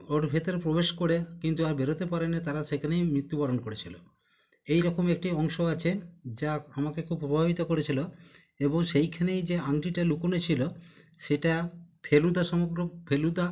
ওর ভেতরে প্রবেশ করে কিন্তু আর বেরোতে পারে নি তারা সেখানেই মৃত্যুবরণ করেছিলো এই রকম একটি অংশ আছে যা আমাকে খুব প্রভাবিত করেছিলো এবং সেখানেই যে আংটিটা লুকোনো ছিলো সেটা ফেলুদা সমগ্র ফেলুদা